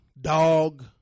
dog